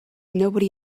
nobody